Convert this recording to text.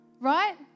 right